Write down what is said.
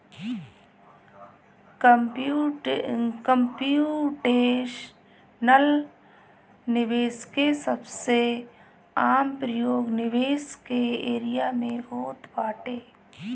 computational निवेश के सबसे आम प्रयोग निवेश के एरिया में होत बाटे